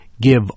give